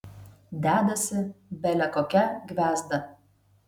dedasi bele kokia gviazda